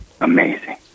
amazing